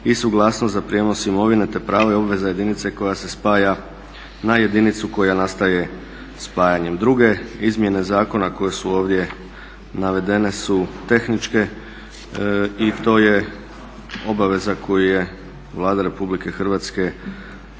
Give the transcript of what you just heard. i suglasnost za prijenos imovine, te prava i obveze jedinice koja se spaja na jedinicu koja nastaje spajanjem. Druge izmjene zakona koje su ovdje navedene su tehničke i to je obaveza koju je Vlada Republike Hrvatske